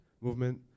movement